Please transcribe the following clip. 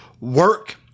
work